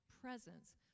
presence